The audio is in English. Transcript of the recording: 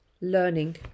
learning